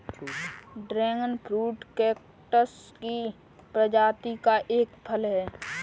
dragon fruit cactus की प्रजाति का एक फल है